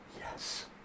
Yes